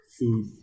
food